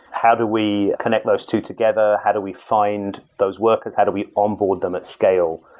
how do we connect those two together? how do we find those workers? how do we onboard them at scale?